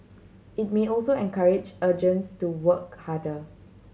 it may also encourage agents to work harder